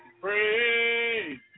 praise